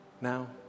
now